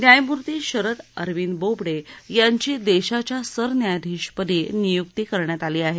न्यायमूर्ती शरद अरविंद बोबडे यांची देशाच्या सरन्यायाधीशपदी नियक्ती करण्यात आली आहे